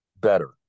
better